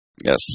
Yes